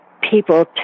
people